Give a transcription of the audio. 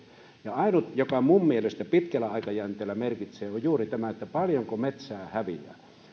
ainoa joka minun mielestäni pitkällä aikajänteellä merkitsee on juuri tämä paljonko metsää häviää